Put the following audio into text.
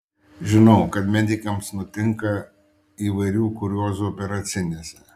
žinau kad medikams nutinka įvairių kuriozų operacinėse